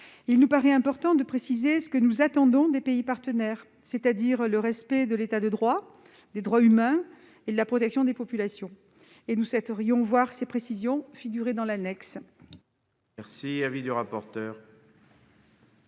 il nous paraît important de préciser ce que nous attendons des pays partenaires : le respect de l'État de droit, des droits humains et la protection des populations. Nous souhaiterions voir ces précisions figurer dans ce